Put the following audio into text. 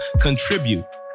contribute